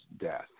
death